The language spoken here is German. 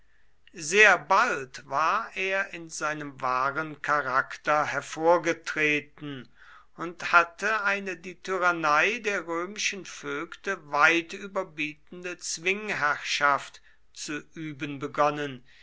sehr bald war er in seinem wahren charakter hervorgetreten und hatte eine die tyrannei der römischen vögte weit überbietende zwingherrschaft zu üben begonnen